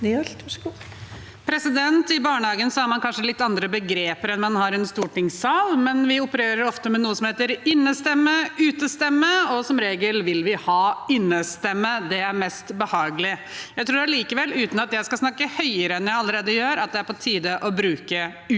I barnehagen har man kanskje litt andre begreper enn man har i stortingssalen, men vi opererer ofte med noe som heter innestemme og utestemme, og som regel vil vi ha innestemme. Det er mest behagelig. Jeg tror allikevel, uten at jeg skal snakke høyere enn jeg allerede gjør, at det er på tide å bruke utestemme.